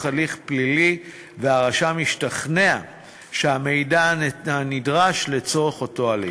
הליך פלילי והרשם השתכנע שהמידע נדרש לצורך אותו הליך.